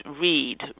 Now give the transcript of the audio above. read